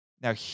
Now